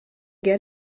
get